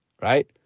Right